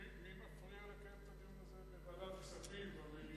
מי מפריע לקיים את הדיון הזה בוועדת הכספים או במליאה?